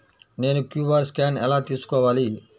నేను QR scan ఎలా తీసుకోవాలి?